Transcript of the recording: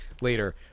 later